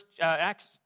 Acts